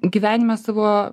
gyvenime savo